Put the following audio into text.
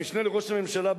המשנה לראש הממשלה,